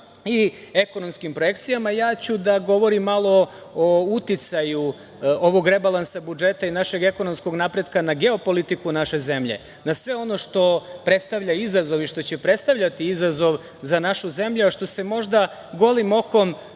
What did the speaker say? i ekonomskim projekcijama. Govoriću malo o uticaju ovog rebalansa budžeta i našeg ekonomskog napretka na geopolitiku naše zemlje, na sve ono što predstavlja izazov i što će predstavljati izazov za našu zemlju, a što se možda golim okom